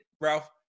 Ralph